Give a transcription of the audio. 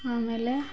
ಆಮೇಲೆ